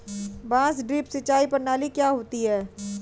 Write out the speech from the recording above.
बांस ड्रिप सिंचाई प्रणाली क्या होती है?